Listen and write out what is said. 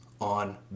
on